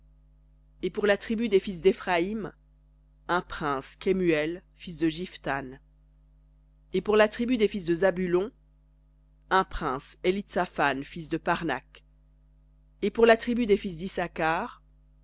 et pour la tribu des fils d'éphraïm un prince kemuel fils de shiphtan et pour la tribu des fils de zabulon un prince élitsaphan fils de parnac et pour la tribu des fils d'issacar